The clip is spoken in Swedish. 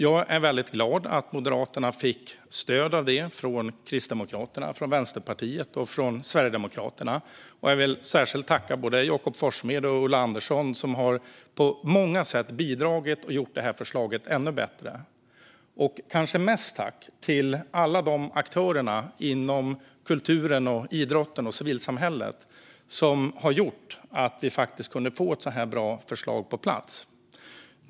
Jag är väldigt glad för att Moderaterna fick stöd för det av Kristdemokraterna, Vänsterpartiet och Sverigedemokraterna. Jag vill särskilt tacka både Jakob Forssmed och Ulla Andersson som på många sätt har bidragit och gjort förslaget ännu bättre. Och jag riktar det kanske största tacket till alla de aktörer inom kulturen, idrotten och civilsamhället som har gjort att vi kunde få ett sådant här bra förslag på plats.